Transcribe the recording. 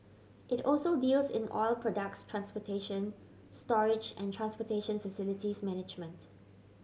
it also deals in oil products transportation storage and transportation facilities management